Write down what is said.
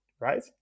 right